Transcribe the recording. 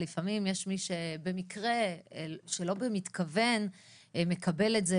לפעמים יש מי שבמקרה שלא במתכוון מקבל את זה,